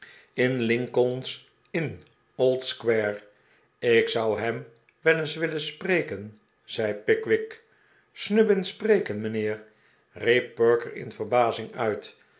in lincoln's inn old square ik zou hem wel eens willen spreken zei pickwick snubbin spreken mijnheer riep perker in verbazing uit